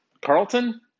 Carlton